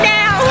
now